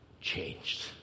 changed